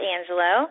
Angelo